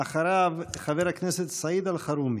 אחריו, חבר הכנסת סעיד אלחרומי.